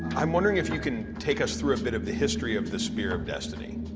i'm wondering if you can take us through a bit of the history of the spear of destiny.